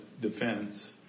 defense